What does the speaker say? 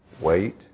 wait